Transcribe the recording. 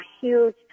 huge